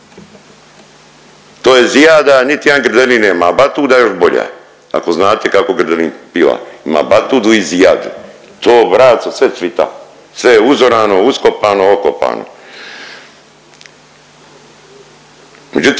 To je zijada, niti jedan grdelin nema, a batuda još bolja. Ako znate kako grdelin piva, ima batudu i zijadu, to braco sve cvita, sve je uzorano, uskopano, okopano.